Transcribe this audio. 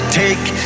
take